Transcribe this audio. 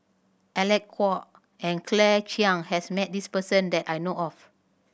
Alec Kuok and Claire Chiang has met this person that I know of